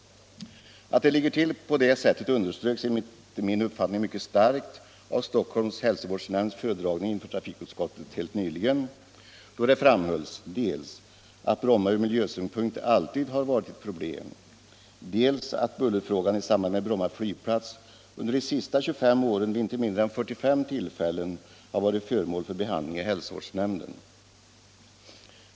Att det ligger till på det sättet underströks enligt min uppfattning mycket starkt av Stockholms hälsovårdsnämnds föredragning inför trafikutskottet helt nyligen, då det framhölls dels att Bromma ur miljösynpunkt alltid har varit ett problem, dels att bullerfrågan i samband med Bromma flygplats under de senaste 25 åren vid inte mindre än 45 tillfällen har varit föremål för behandling i hälsovårdsnämnden.